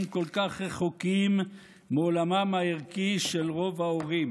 כל כך רחוקים מעולמם הערכי של רוב ההורים?